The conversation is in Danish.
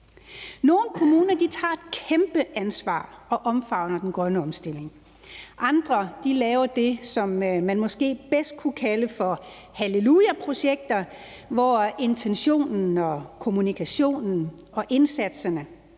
Nogle kommuner tager et kæmpe ansvar og omfavner den grønne omstilling, og andre laver det, som man måske bedst kunne kalde for hallelujaprojekter, hvor intentionen og kommunikationen og indsatserne,